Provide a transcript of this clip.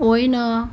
होइन